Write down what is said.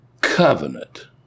covenant